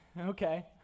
Okay